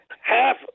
half